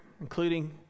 including